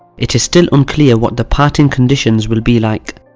it is still unclear what the parting conditions will be like.